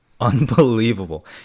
unbelievable